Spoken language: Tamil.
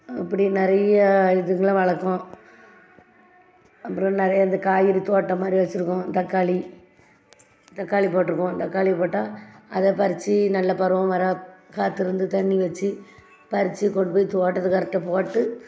அப்படி நிறையா இதுங்களை வளர்க்கோம் அப்புறம் நிறைய இந்த காய்கறி தோட்டம் மாதிரி வச்சுருக்கோம் தக்காளி தக்காளி போட்டிருக்கோம் தக்காளி போட்டால் அதை பறித்து நல்ல பருவம் வர காத்திருந்து தண்ணி வச்சு பறித்து கொண்டு போய் தோட்டத்துக்காரர்ட்ட போட்டு